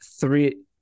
three